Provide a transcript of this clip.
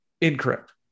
Incorrect